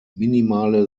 minimale